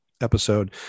episode